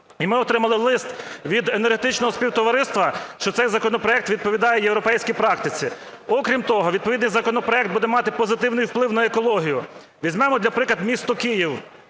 І ми отримали лист від Енергетичного Співтовариства, що цей законопроект відповідає європейській практиці. Окрім того, відповідний законопроект буде мати позитивний вплив на екологію. Візьмемо, наприклад, місто Київ.